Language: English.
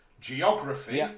geography